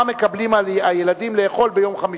מה מקבלים הילדים לאכול ביום חמישי?